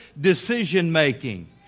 decision-making